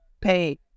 pay